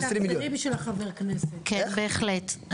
כן, בהחלט.